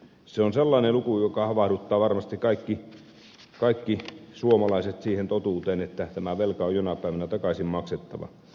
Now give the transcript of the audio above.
se on sellainen luku joka havahduttaa varmasti kaikki suomalaiset siihen totuuteen että tämä velka on jonain päivänä takaisin maksettava